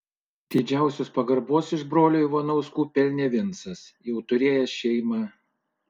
didžiausios pagarbos iš brolių ivanauskų pelnė vincas jau turėjęs šeimą